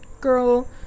girl